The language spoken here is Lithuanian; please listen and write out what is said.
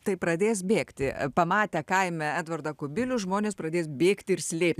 tai pradės bėgti pamatę kaime edvardą kubilių žmonės pradės bėgti ir slėpt